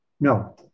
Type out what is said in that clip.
No